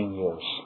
years